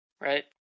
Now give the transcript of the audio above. right